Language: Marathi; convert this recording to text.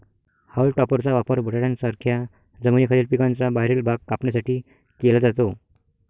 हाऊल टॉपरचा वापर बटाट्यांसारख्या जमिनीखालील पिकांचा बाहेरील भाग कापण्यासाठी केला जातो